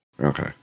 Okay